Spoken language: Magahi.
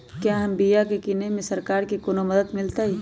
क्या हम बिया की किने में सरकार से कोनो मदद मिलतई?